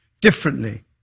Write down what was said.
differently